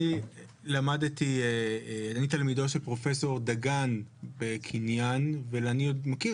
אני תלמידו של פרופ' דגן בקניין ואני מכיר